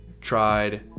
tried